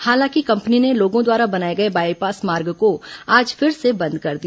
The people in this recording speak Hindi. हालांकि कंपनी ने लोगों द्वारा बनाए गए बायपास मार्ग को आज फिर से बंद कर दिया